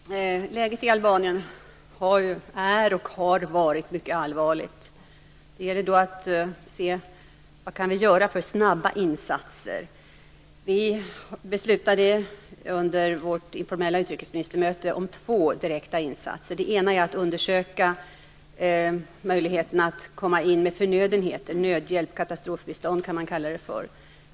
Fru talman! Läget i Albanien är och har varit mycket allvarligt. Det gäller att se vad vi kan göra för snabba insatser. Vi beslutade under vårt informella utrikesministermöte om två direkta insatser. Det ena är att undersöka möjligheterna att komma in med förnödenheter, dvs. nödhjälp. Man kan kalla det för katastrofhjälp.